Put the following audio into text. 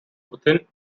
within